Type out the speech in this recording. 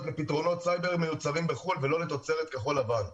לפתרונות סייבר המיוצרים בחו"ל ולא תוצרת כחול לבן.